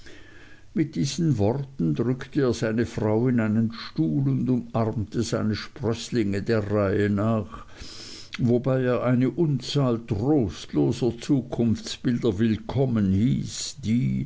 mit diesen worten drückte er seine frau in einen stuhl und umarmte seine sprößlinge der reihe nach wobei er eine unzahl trostloser zukunftsbilder willkommen hieß die